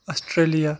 Australia